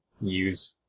use